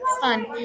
Fun